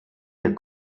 der